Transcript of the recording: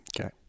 Okay